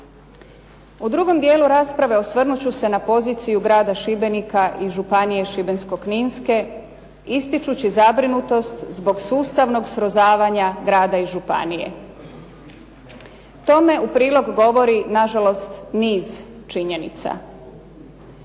U drugom dijelu rasprave osvrnut ću se na poziciju grada Šibenika i Županije šibensko-kninske ističući zabrinutost zbog sustavnog srozavanja grada i županije. Tome u prilog govori na žalost niz činjenica.